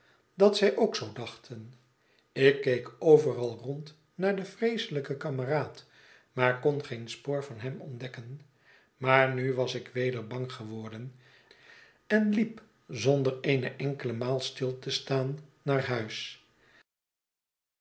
dat zij ook zoo dachten ik keek overal rond naar den vreeselijken kameraad maar kon geen spoor van hem ontdekken maar nu was ik weder bang geworden en liep zonder eene enkele maal stil te staan naar huis